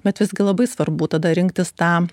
bet visgi labai svarbu tada rinktis tą